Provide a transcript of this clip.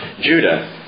Judah